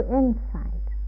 insight